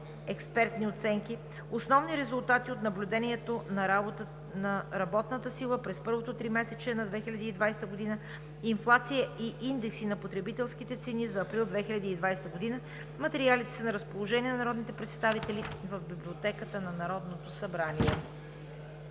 експертни оценки; основни резултати от наблюдението на работната сила през първото тримесечие на 2020 г.; инфлация и индекси на потребителските цени за април 2020 г. Материалите са на разположение на народните представители в Библиотеката на Народното събрание.